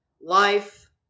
life